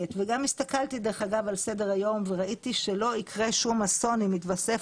הסתכלתי על סדר היום וראיתי שלא יקרה שום אסון אם יתווסף